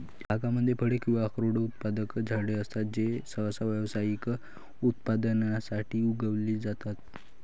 बागांमध्ये फळे किंवा अक्रोड उत्पादक झाडे असतात जे सहसा व्यावसायिक उत्पादनासाठी उगवले जातात